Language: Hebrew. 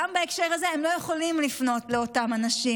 גם בהקשר הזה, הם לא יכולים לפנות לאותם אנשים,